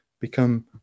become